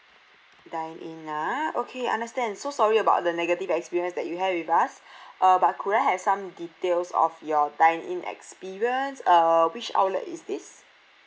dine in ah okay understand so sorry about the negative experience that you have with us uh but could I have some details of your dine in experience uh which outlet is this